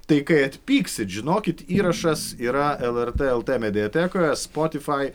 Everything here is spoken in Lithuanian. tai kai atpyksit žinokit įrašas yra lrt lt mediatekoje spotyfai